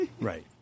Right